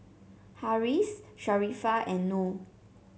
Harris Sharifah and Noh